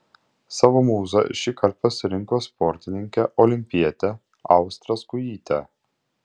savo mūza šįkart pasirinko sportininkę olimpietę austrą skujytę